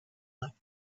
left